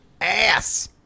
ass